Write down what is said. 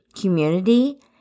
Community